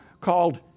called